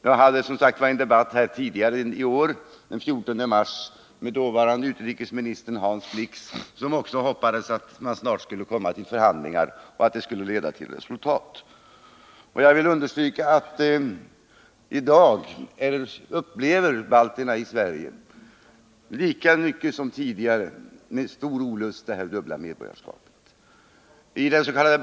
Jag hade en debatt tidigare i år — den 14 mars — med dåvarande utrikesministern Hans Blix, som också hoppades att man snart skulle kunna komma till förhandlingar och att de skulle leda till resultat. Låt mig understryka att i dag upplever balterna i Sverige med lika stor olust som tidigare det dubbla medborgarskapet. I dens.k.